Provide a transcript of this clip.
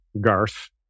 Garth